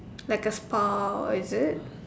like a spa is it